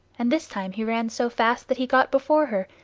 and this time he ran so fast that he got before her,